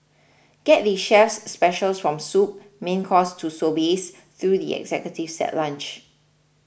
get the chef's specials from soup main course to sorbets through the executive set lunch